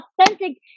authentic